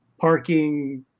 parking